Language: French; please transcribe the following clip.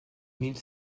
mille